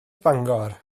bangor